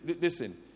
Listen